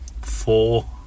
four